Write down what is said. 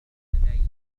الوحيدة